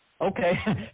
Okay